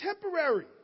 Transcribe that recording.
temporary